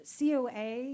COA